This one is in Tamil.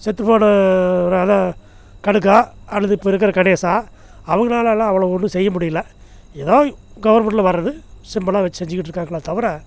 செத்துப்போன ஒரு இவர் அதான் கடுக்கா அல்லது இப்போ இருக்கிற கணேசா அவங்கனாலலாம் அவ்வளோ ஒன்றும் செய்ய முடியலை ஏதோ கவர்மெண்டில் வர்றது சிம்பிளாக வச்சு செஞ்சுக்கிட்ருக்காங்களே தவிர